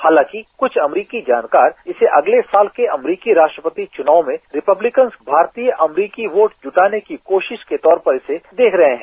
हालांकि कुछ अमरीकी जानकार इसे अगले साल के अमरीकी राष्ट्रीपति चुनाव में रिपब्लिकन्स भारतीय अमरीकी वोट जुटाने की कोशिश के तौर पर इसे देख रहे हैं